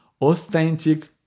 authentic